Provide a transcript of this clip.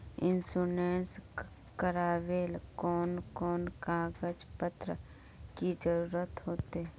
Insurance करावेल कोन कोन कागज पत्र की जरूरत होते?